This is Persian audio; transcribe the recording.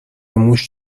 موش